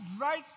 right